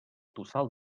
tossal